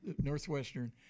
Northwestern